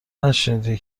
نشنیدی